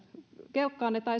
kelkkanne tai